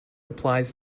applies